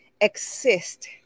exist